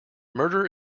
murder